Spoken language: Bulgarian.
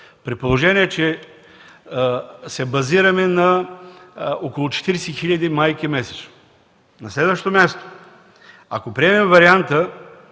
при положение че се базираме на около 40 000 майки месечно. На следващо място, ако приемем втория